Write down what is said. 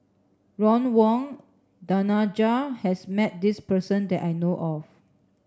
Ron Wong Danaraj has met this person that I know of